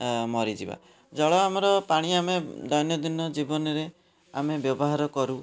ମରିଯିବା ଜଳ ଆମର ପାଣି ଆମେ ଦୈନନ୍ଦିନ ଜୀବନରେ ଆମେ ବ୍ୟବହାର କରୁ